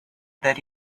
that